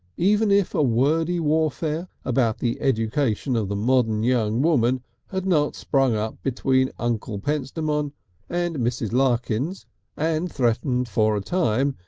even if a wordy warfare about the education of the modern young woman had not sprung up between uncle pentstemon and mrs. larkins and threatened for a time,